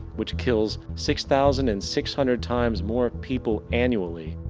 which kills six thousand and six hundred times more people annually,